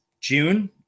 June